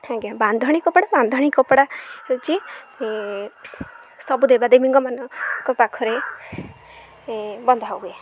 ଆଜ୍ଞା ବାନ୍ଧଣି କପଡ଼ା ବାନ୍ଧଣି କପଡ଼ା ହେଉଛି ସବୁ ଦେବାଦେବୀଙ୍କ ମାନଙ୍କ ପାଖରେ ବନ୍ଧା ହୁଏ